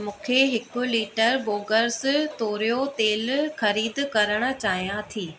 मूंखे हिकु लीटर बोगस तोरियो तेलु खरीद करण चाहियां थी